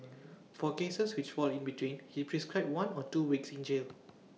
for cases which fall in between he prescribed one or two weeks in jail